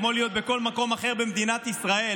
כמו להיות בכל מקום אחר במדינת ישראל,